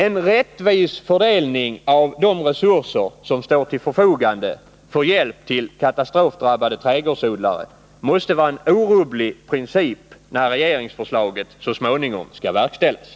En rättvis fördelning av de resurser som står till förfogande för hjälp till katastrofdrabbade trädgårdsodlare måste vara en orubblig princip när regeringsförslaget så småningom skall verkställas.